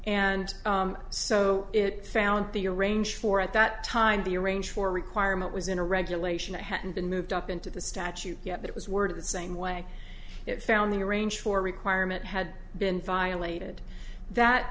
and so it found the arrange for at that time the arrange for requirement was in a regulation i hadn't been moved up into the statute yet it was worded the same way it found the arrange for requirement had been violated that